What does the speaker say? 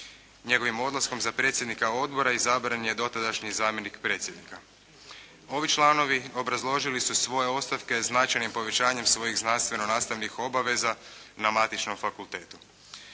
Njegovim odlaskom za predsjednika Odbora izabran je dotadašnji zamjenik predsjednika. Ovi članovi obrazložili su svoje ostavke značajnim povećanjem svojim znanstveno-nastavnih obaveza na matičnom fakultetu.